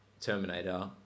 Terminator